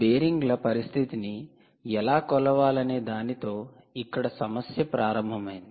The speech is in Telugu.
బేరింగ్ల పరిస్థితిని ఎలా కొలవాలనే దానితో ఇక్కడ సమస్య ప్రారంభమైంది